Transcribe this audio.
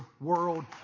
world